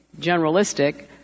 generalistic